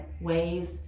ways